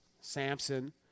Samson